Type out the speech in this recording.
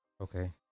Okay